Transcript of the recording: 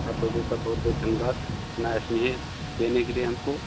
आप लोगों का बहुत बहुत धन्यवाद इतना स्नेह देने के लिए हमको